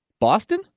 Boston